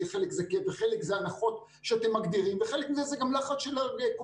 כשפה גם את וגם אחרים בפני הוועדה הזאת וגם